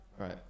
right